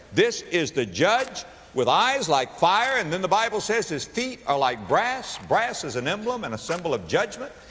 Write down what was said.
this is the judge with eyes like fire. and then the bible says his feet are like brass. brass is an emblem and a symbol of judgment.